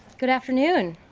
good afternoon,